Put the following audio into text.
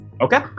Okay